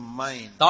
mind